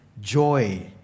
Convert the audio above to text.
joy